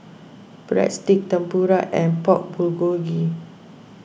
Breadsticks Tempura and Pork Bulgogi